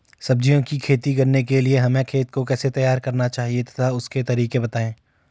सब्जियों की खेती करने के लिए हमें खेत को कैसे तैयार करना चाहिए तथा उसके तरीके बताएं?